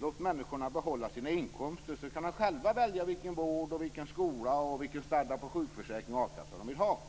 Låt människorna behålla sina inkomster så att de själva kan välja vilken vård och skola de vill ha och vilken standard på sjukförsäkring och a-kassa de vill ha.